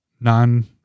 non